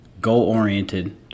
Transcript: goal-oriented